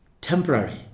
temporary